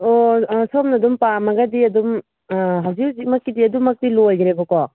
ꯑꯣ ꯁꯣꯝꯅ ꯑꯗꯨꯝ ꯄꯥꯝꯃꯒꯗꯤ ꯑꯗꯨꯝ ꯍꯧꯖꯤꯛ ꯍꯧꯖꯤꯛꯃꯛꯀꯤꯗꯤ ꯑꯗꯨꯃꯛꯇꯤ ꯂꯣꯏꯈ꯭ꯔꯦꯕꯀꯣ